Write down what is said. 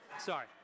Sorry